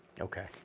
Okay